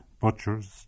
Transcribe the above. butchers